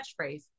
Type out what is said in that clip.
catchphrase